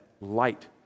light